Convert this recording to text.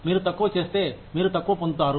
మీరు తక్కువ చేస్తే మీరు తక్కువ పొందుతారు